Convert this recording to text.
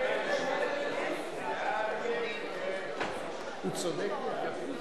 סעיפים